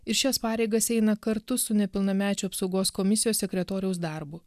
ir šias pareigas eina kartu su nepilnamečių apsaugos komisijos sekretoriaus darbu